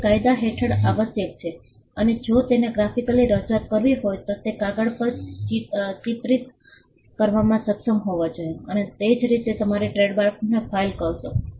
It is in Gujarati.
તે કાયદા હેઠળ આવશ્યક છે અને જો તેને ગ્રાફિકલી રજૂઆત કરવી હોય તો તે કાગળ પર ચિત્રિત કરવામાં સક્ષમ હોવી જોઈએ અને તે જ રીતે તમે તમારા ટ્રેડમાર્ક્સ ફાઇલ કરશો